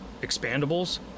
expandables